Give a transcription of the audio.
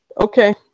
Okay